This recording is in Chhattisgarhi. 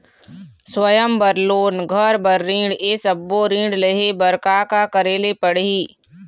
स्वयं बर लोन, घर बर ऋण, ये सब्बो ऋण लहे बर का का करे ले पड़ही?